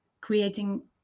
creating